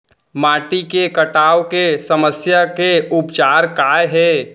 माटी के कटाव के समस्या के उपचार काय हे?